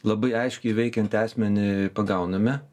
labai aiškiai veikiantį asmenį pagauname